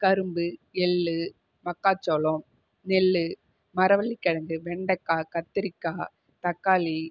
கரும்பு எள்ளு மக்காச்சோளம் நெல் மரவள்ளிக் கிழங்கு வெண்டக்காய் கத்திரிக்காய் தக்காளி